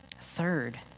Third